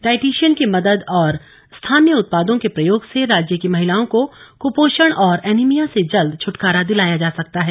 dietitian की मदद और स्थानीय उत्पादों के प्रयोग से राज्य की महिलाओं को कपोषण और एनीभिया से जल्द छटकारा दिलाया जा सकता है